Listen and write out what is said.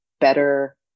better